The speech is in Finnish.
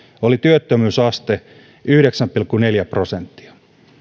oli työttömyysaste yhdeksän pilkku neljä prosenttia